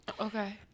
Okay